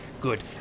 good